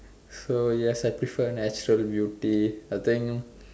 so yes I prefer natural beauty I think